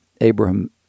Abraham